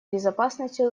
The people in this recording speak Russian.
безопасности